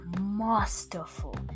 masterful